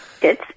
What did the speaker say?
good